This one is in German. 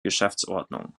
geschäftsordnung